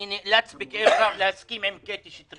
אני נאלץ בכאב רב להסכים עם קטי שטרית.